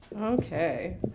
Okay